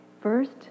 First